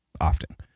often